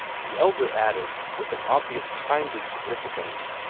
the elder added, with an obvious kindly significance,